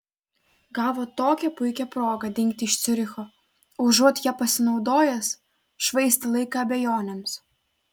gavo tokią puikią progą dingti iš ciuricho o užuot ja pasinaudojęs švaistė laiką abejonėms